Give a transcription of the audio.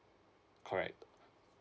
correct